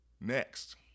Next